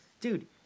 Dude